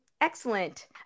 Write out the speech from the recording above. Excellent